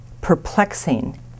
perplexing